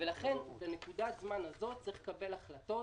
ולכן בנקודת הזמן הזאת צריך לקבל החלטות